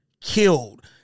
killed